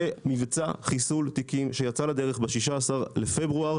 זה מבצע חיסול תיקים שיצא לדרך ב-16 בפברואר,